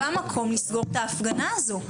במקום לסגור את ההפגנה הזאת.